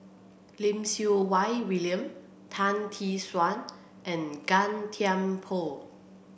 Lim Siew Wai William Tan Tee Suan and Gan Thiam Poh